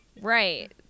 Right